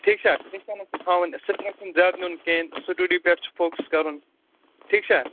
ٹھیٖک چھا پیشَنٕس چھِ تھاوٕنۍ سٕٹرٛس چھُنہٕ زیادٕ نیُٚن کینٛہہ سُٹُڈی پٮ۪ٹھ چھِ فوکَس کَرُن ٹھیٖک چھا